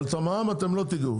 אבל במע"מ אתם לא תיגעו.